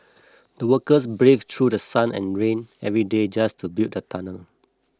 the workers braved through The Sun and rain every day just to build the tunnel